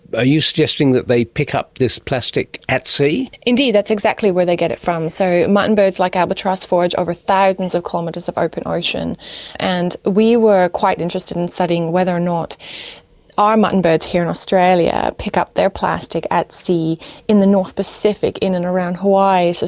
are you suggesting that they pick up this plastic at sea? indeed, that's exactly where they get it from. so mutton birds, like albatross, forage over thousands of kilometres of open ocean and we were quite interested in studying whether or not our mutton birds here in australia pick up their plastic at sea in the north pacific, in and around hawaii. so